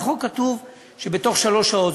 בחוק כתוב שבתוך שלוש שעות.